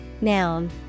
Noun